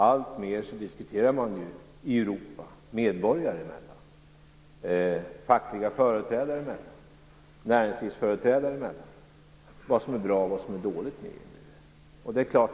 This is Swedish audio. Alltmer diskuterar man ju i Europa - medborgare emellan, fackliga företrädare emellan och näringslivsföreträdare emellan - vad som är bra och vad som är dåligt med EMU.